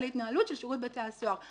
על ההתנהלות של שירות בתי הסוהר.